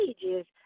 pages